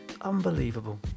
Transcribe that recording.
Unbelievable